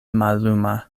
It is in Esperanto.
malluma